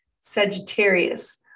Sagittarius